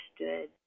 understood